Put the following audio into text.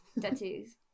Tattoos